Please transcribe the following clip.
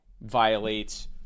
violates